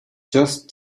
just